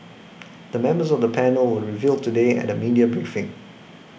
the members of the panel were revealed today at a media briefing